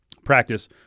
Practice